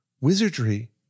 Wizardry